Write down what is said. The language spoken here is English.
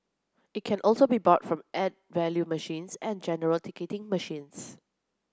it can also be bought from add value machines and general ticketing machines